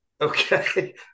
Okay